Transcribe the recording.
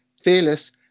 fearless